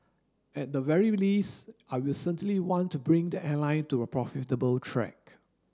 at the very least I will certainly want to bring the airline to a profitable track